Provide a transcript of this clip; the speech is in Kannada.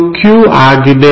ಇದು q ಆಗಿದೆ